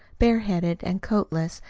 bareheaded and coatless,